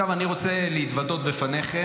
עכשיו, אני רוצה להתוודות בפניכם.